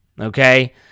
okay